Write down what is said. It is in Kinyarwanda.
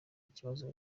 kibazo